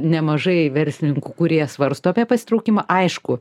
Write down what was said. nemažai verslininkų kurie svarsto apie pasitraukimą aišku